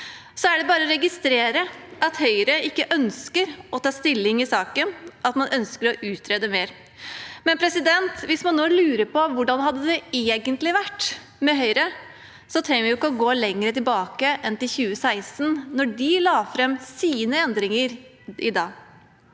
Så er det bare å registrere at Høyre ikke ønsker å ta stilling i saken, at man ønsker å utrede mer, men hvis man lurer på hvordan det egentlig hadde vært med Høyre, trenger man ikke å gå lenger tilbake enn til 2016, da de la fram sine endringer.